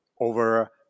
over